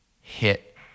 hit